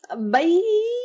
Bye